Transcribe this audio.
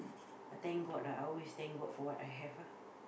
I thank god lah I always thank god for what I have ah